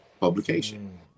publication